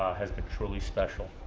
has been truly special.